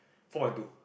four point two